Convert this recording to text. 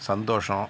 சந்தோஷம்